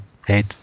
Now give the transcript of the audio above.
head